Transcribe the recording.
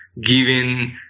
given